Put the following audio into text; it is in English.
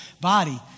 body